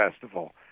Festival